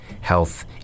health